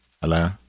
Hello